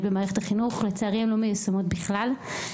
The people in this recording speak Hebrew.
במערכת החינוך לצערי הן לא מיושמות בכלל.